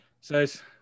says